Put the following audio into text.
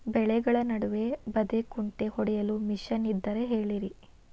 ಬೆಳೆಗಳ ನಡುವೆ ಬದೆಕುಂಟೆ ಹೊಡೆಯಲು ಮಿಷನ್ ಇದ್ದರೆ ಹೇಳಿರಿ